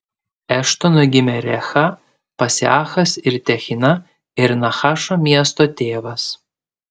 eštonui gimė recha paseachas ir tehina ir nahašo miesto tėvas